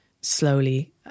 slowly